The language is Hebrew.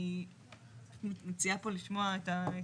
אני מציעה פה לשמוע התייחסות.